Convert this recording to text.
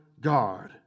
God